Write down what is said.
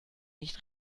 nicht